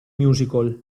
musical